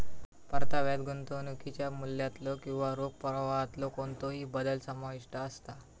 परताव्यात गुंतवणुकीच्या मूल्यातलो किंवा रोख प्रवाहातलो कोणतोही बदल समाविष्ट असता